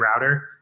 router